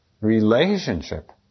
relationship